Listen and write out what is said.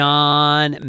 John